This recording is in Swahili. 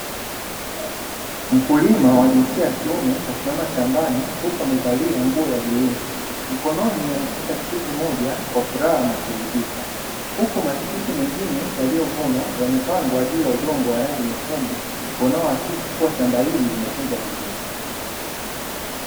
Mkulima wa jinsia ya kiume Kasimama shambani huku amevalia nguo ya bluu, mkononi ameshika tikiti moja kwa furaha na kuridhika, huku matikiti mengine yaliyovunwa yamepangwa juu ya udongo wa rangi nyekundu unaoakisi kubwa shamba hili limetunzwa vizuri.